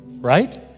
right